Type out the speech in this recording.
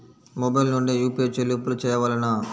Mobile నుండే UPI చెల్లింపులు చేయవలెనా?